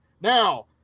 now